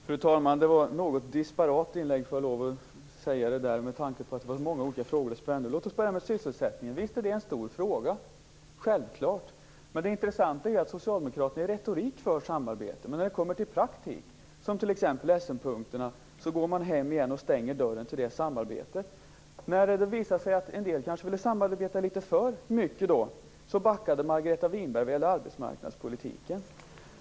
Fru talman! Det var ett något disparat inlägg, får jag lov att säga. Det spände över många olika frågor. Låt oss börja med sysselsättningen. Visst är det en stor fråga - självklart. Det intressanta är dock att Socialdemokraterna i retorik är för samarbete, men när det kommer till praktik, som t.ex. i Essenpunkterna, går man hem igen och stänger dörren till det samarbetet. När det visade sig att en del kanske ville samarbeta litet för mycket backade Margareta Winberg vad gäller arbetsmarknadspolitiken.